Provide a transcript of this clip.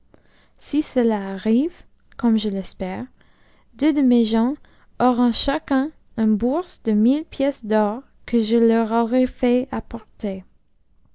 si cela arrive comme je l'espère deux de mes gens auront chacun une bourse de mihc pièces dor que je tour aurai fait apporte'j